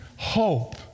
Hope